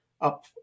up